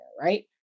right